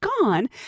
gone